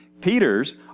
Peter's